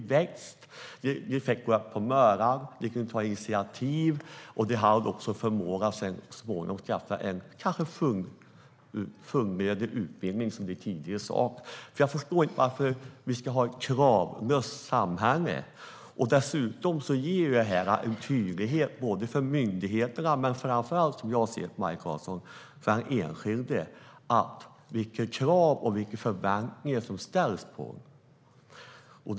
De växte, fick gå upp på morgonen och kunde ta initiativ. De fick också så småningom förmågan att kanske skaffa sig en fullödig utbildning, vilket de tidigare saknade. Jag förstår inte varför vi ska ha ett "kravlöst" samhälle. Dessutom ger ju detta en tydlighet, inte bara för myndigheterna utan också - framför allt, som jag ser det - för den enskilde att veta vilka krav och förväntningar som ställs på en, Maj Karlsson.